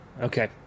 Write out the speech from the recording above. Okay